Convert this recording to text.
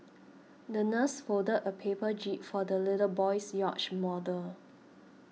the nurse folded a paper jib for the little boy's yacht model